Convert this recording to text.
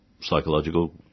psychological